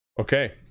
Okay